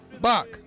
Bach